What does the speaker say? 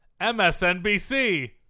MSNBC